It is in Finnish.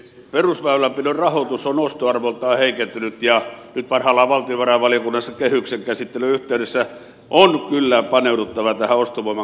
perusväylänpidon rahoitus on ostoarvoltaan heikentynyt ja nyt parhaillaan valtiovarainvaliokunnassa kehyksen käsittelyn yhteydessä on kyllä paneuduttava tähän ostovoiman kompensoimiseen